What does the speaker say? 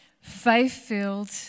faith-filled